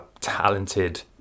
talented